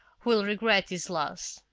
who will regret his loss.